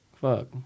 Fuck